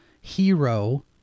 hero